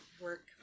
work